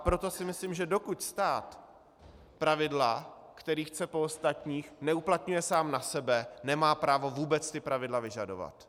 Proto si myslím, že dokud stát pravidla, která chce po ostatních, neuplatňuje sám na sebe, nemá právo vůbec ta pravidla vyžadovat.